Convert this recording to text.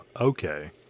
okay